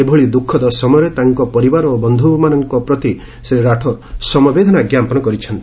ଏଭଳି ଦ୍ୟୁଖଦ ସମୟରେ ତାଙ୍କ ପରିବାର ଓ ବନ୍ଧୁବାନ୍ଧବମାନଙ୍କ ପ୍ରତି ଶ୍ରୀ ରାଥୋଡ୍ ସମବେଦନା ଜ୍ଞାପନ କରିଚ୍ଛନ୍ତି